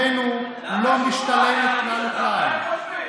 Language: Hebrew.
-- שחבירה לאויבינו לא משתלמת כלל וכלל.